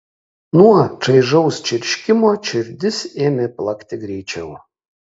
nuo čaižaus čirškimo širdis ėmė plakti greičiau